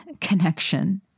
connection